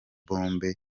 bombe